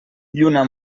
lluna